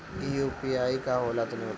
इ यू.पी.आई का होला तनि बताईं?